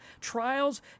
trials